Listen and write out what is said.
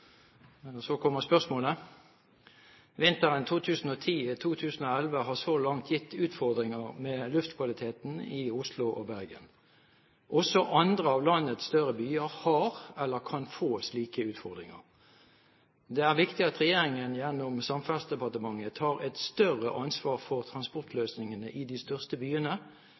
og Bergen. Også andre av landets større byer har eller kan få slike utfordringer. Det er viktig at regjeringen gjennom Samferdselsdepartementet tar et større ansvar for transportløsningene i de største byene;